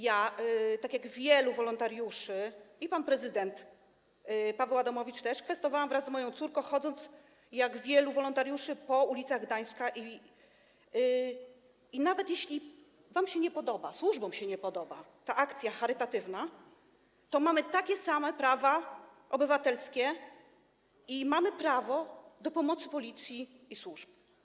Ja tak jak wielu wolontariuszy i pan prezydent Paweł Adamowicz też kwestowałam razem z moją córką, chodząc, jak wielu wolontariuszy, po ulicach Gdańska i nawet jeśli wam się nie podoba, służbom się nie podoba ta akcja charytatywna, to mamy takie same prawa obywatelskie i mamy prawo do pomocy policji i służb.